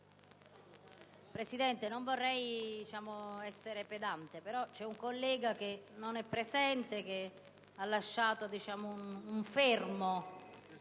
Presidente, non vorrei essere pedante, ma c'è un collega che non è presente in Aula e che ha lasciato un fermo